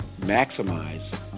maximize